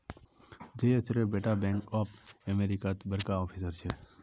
जयेशेर बेटा bank of अमेरिकात बड़का ऑफिसर छेक